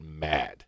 mad